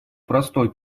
простой